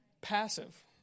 Passive